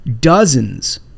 dozens